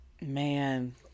Man